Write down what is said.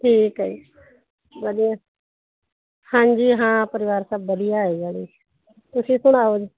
ਠੀਕ ਹੈ ਵਧੀਆ ਹਾਂਜੀ ਹਾਂ ਪਰਿਵਾਰ ਸਭ ਵਧੀਆ ਹੈਗਾ ਜੀ ਤੁਸੀਂ ਸੁਣਾਓ ਜੀ